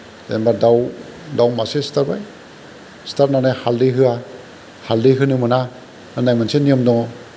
जेेनबा दाव दाव मासे सिथारबाय सिथारनानै हालदै होया हालदै होनो मोना होननाय मोनसे नियम दङ